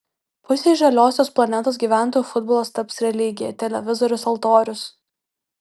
pusei žaliosios planetos gyventojų futbolas taps religija televizorius altorius